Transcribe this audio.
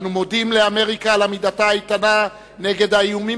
אנו מודים לאמריקה על עמידתה האיתנה נגד האיומים